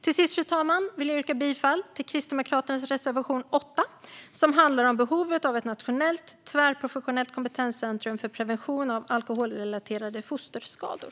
Till sist, fru talman, vill jag yrka bifall till Kristdemokraternas reservation 8 som handlar om behovet av ett nationellt tvärprofessionellt kompetenscentrum för prevention av alkoholrelaterade fosterskador.